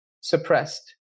suppressed